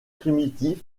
primitif